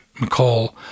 McCall